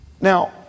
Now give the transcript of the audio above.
Now